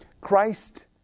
Christ